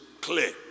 clear